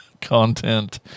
content